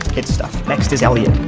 good stuff. next is elliot.